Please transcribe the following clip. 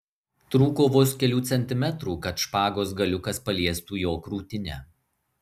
trūko vos kelių centimetrų kad špagos galiukas paliestų jo krūtinę